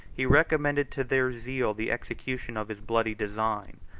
he recommended to their zeal the execution of his bloody design,